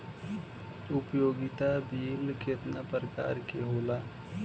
उपयोगिता बिल केतना प्रकार के होला?